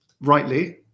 rightly